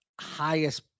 highest